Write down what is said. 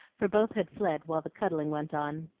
for both had fled while the cuddling went on.